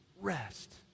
rest